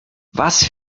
was